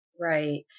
Right